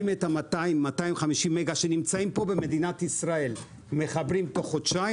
אם את ה-250 מגה שנמצאים פה במדינת ישראל מחברים תוך חודשיים,